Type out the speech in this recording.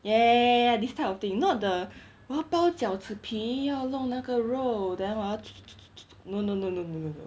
ya ya ya ya ya this type of thing not the 我要包饺子皮要弄那个肉 then 我要 no no no no no